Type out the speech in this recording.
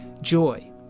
joy